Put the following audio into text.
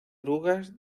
orugas